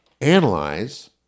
analyze